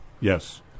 yes